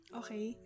okay